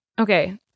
okay